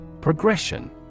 Progression